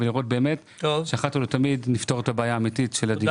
לראות שבאמת אחת ולתמיד נפתור את הבעיה האמיתית של הדיור.